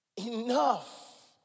Enough